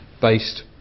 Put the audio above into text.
based